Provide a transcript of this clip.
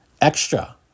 extra